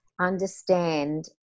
understand